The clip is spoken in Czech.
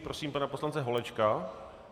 Prosím pana poslance Holečka.